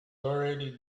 already